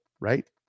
right